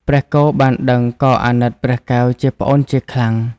ព្រះគោបានដឹងក៏អាណិតព្រះកែវជាប្អូនជាខ្លាំង ។